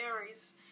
Aries